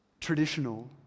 traditional